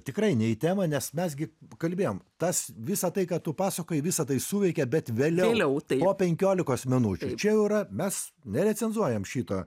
tikrai ne į temą nes mes gi kalbėjom tas visa tai ką tu pasakoji visa tai suveikia bet vėliau po penkiolikos minučių čia jau yra mes nerecenzuojam šito